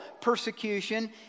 persecution